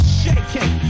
shaking